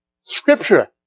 Scripture